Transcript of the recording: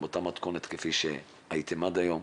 באותה מתכונת כפי שהוא היה עד היום.